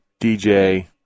DJ